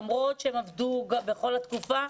למרות שהם עבדו בכל התקופה,